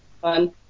Fun